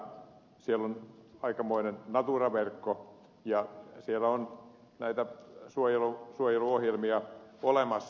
siellä on aikamoinen natura verkko ja siellä on näitä suojeluohjelmia olemassa